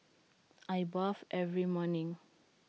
I bathe every morning